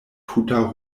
tuta